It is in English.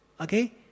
Okay